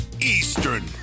Eastern